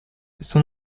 son